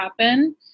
happen